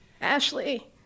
Ashley